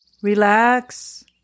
Relax